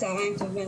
צוהריים טובים,